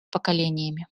поколениями